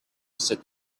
said